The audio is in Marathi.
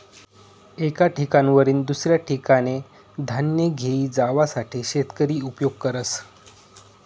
एक ठिकाणवरीन दुसऱ्या ठिकाने धान्य घेई जावासाठे शेतकरी उपयोग करस